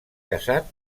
casat